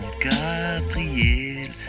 Gabriel